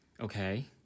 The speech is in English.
okay